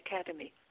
academy